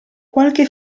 qualche